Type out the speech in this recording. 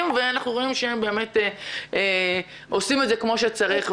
ואנחנו רואים שהם באמת עושים את זה כפי שצריך.